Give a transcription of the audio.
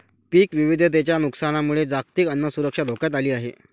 पीक विविधतेच्या नुकसानामुळे जागतिक अन्न सुरक्षा धोक्यात आली आहे